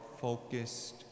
focused